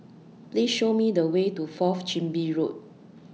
Please Show Me The Way to Fourth Chin Bee Road